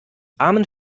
armen